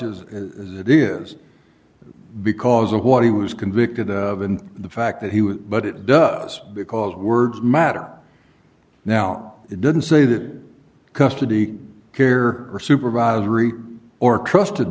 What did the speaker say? as it is because of what he was convicted of and the fact that he was but it does because words matter now it didn't say that custody care or supervisory or trusted